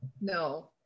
No